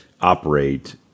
operate